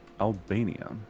Albania